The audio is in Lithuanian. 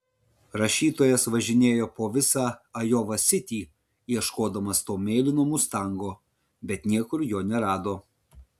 rašytojas važinėjo po visą ajova sitį ieškodamas to mėlyno mustango bet niekur jo nerado